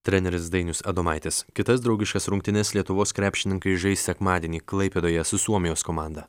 treneris dainius adomaitis kitas draugiškas rungtynes lietuvos krepšininkai žais sekmadienį klaipėdoje su suomijos komanda